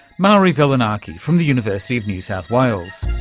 mari velonaki, from the university of new south wales.